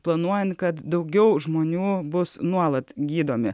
planuojant kad daugiau žmonių bus nuolat gydomi